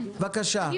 בבקשה.